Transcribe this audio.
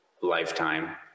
lifetime